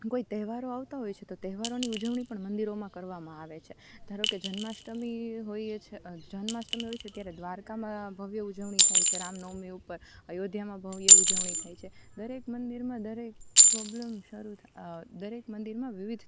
કોઈ તહેવારો આવતા હોય છે તો તહેવારોની ઉજવણી પણ મંદિરોમાં કરવામાં આવે છે ધારોકે જન્માષ્ટમી હોય છે જન્માષ્ટમી હોય છે ત્યારે દ્વારકામાં ભવ્ય ઉજવણી થાય છે રામનવમી ઉપર અયોધ્યામાં ભવ્ય ઉજવણી થાય છે દરેક મંદિરમાં દરેક પ્રોબ્લેમ શરૂ દરેક મંદિરમાં વિવિધ